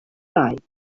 lake